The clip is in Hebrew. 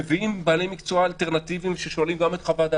מביאים בעלי מקצוע אלטרנטיביים ושואלים גם את חוות דעתם.